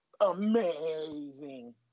amazing